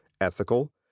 ethical